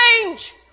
change